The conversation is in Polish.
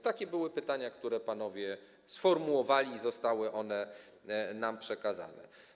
Takie były pytania, które panowie sformułowali, i zostały one nam przekazane.